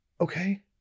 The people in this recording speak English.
Okay